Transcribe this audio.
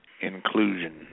inclusion